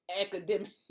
academic